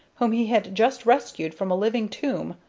whom he had just rescued from a living tomb,